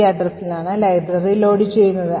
ഈ addressലാണ് ലൈബ്രറി ലോഡുചെയ്യുന്നത്